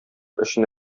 өчен